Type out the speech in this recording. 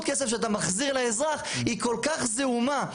כסף שאתה מחזיר לאזרח היא כל כך זעומה.